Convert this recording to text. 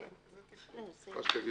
פה אחד התקנה אושרה.